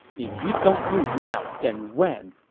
if you don't move now, then when?